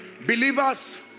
believers